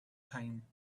time